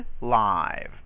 live